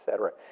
cetera.